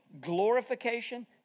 glorification